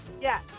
Yes